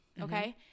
Okay